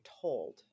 told